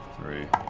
three,